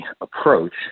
approach